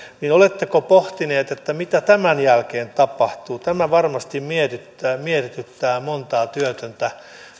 oletteko pohtineet mitä tämän jälkeen tapahtuu tämä varmasti mietityttää mietityttää montaa työtöntä